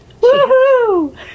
Woohoo